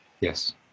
Yes